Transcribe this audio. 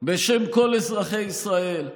בשם כל אזרחי ישראל,